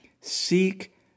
seek